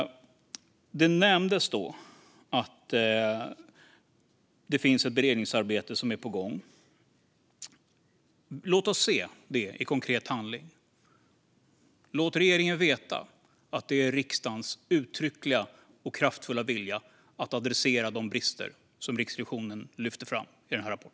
Det nämndes att ett beredningsarbete är på gång. Låt oss se det i konkret handling. Låt regeringen få veta att det är riksdagens uttryckliga och kraftfulla vilja att adressera de brister som Riksrevisionen lyfter fram i denna rapport.